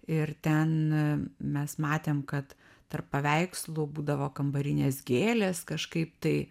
ir ten mes matėm kad tarp paveikslų būdavo kambarinės gėlės kažkaip tai